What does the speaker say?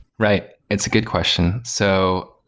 right. it's a good question. so,